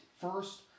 first